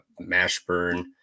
Mashburn